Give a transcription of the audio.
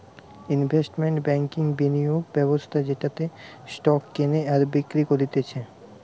investment ব্যাংকিংবিনিয়োগ ব্যবস্থা যেটাতে স্টক কেনে আর বিক্রি করতিছে